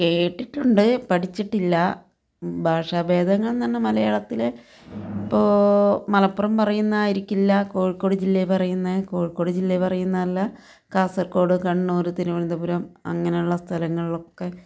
കേട്ടിട്ടുണ്ട് പഠിച്ചിട്ടില്ല ഭാഷാഭേദങ്ങൾ എന്നു പറഞ്ഞാൽ മലയാളത്തിൽ ഇപ്പോൾ മലപ്പുറം പറയുന്നതായിരിക്കില്ല കോഴിക്കോട് ജില്ലയിൽ പറയുന്നത് കോഴിക്കോട് ജില്ലയിൽ പറയുന്നതല്ല കാസർകോഡ് കണ്ണൂർ തിരുവനന്തപുരം അങ്ങനെയുള്ള സ്ഥലങ്ങളിലൊക്കെ